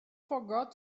forgot